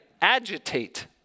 agitate